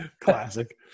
classic